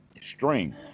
string